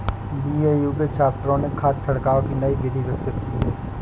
BAU के छात्रों ने खाद छिड़काव की नई विधि विकसित की है